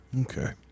Okay